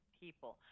people